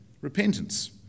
repentance